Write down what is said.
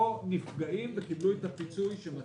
הגדר לא נפגעים וקיבלו את הפיצוי המתאים.